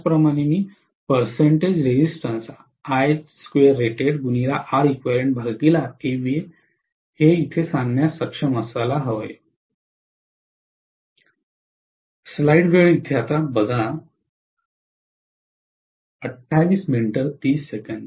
त्याचप्रमाणे मी सांगण्यास सक्षम असावे